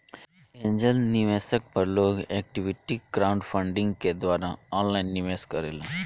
angel निवेशक पर लोग इक्विटी क्राउडफण्डिंग के द्वारा ऑनलाइन निवेश करेला